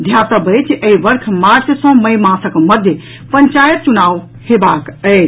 ध्यातव्य अछि जे एहि वर्ष मार्च सॅ मई मासक मध्य पंचायत चुनाव हेबाक अछि